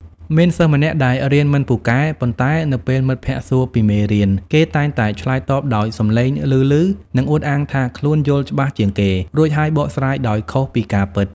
មានសិស្សម្នាក់ដែលរៀនមិនពូកែ ប៉ុន្តែនៅពេលមិត្តភក្ដិសួរពីមេរៀន គេតែងតែឆ្លើយតបដោយសំឡេងឮៗ និងអួតអាងថាខ្លួនយល់ច្បាស់ជាងគេ រួចហើយបកស្រាយដោយខុសពីការពិត។